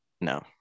No